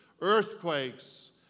earthquakes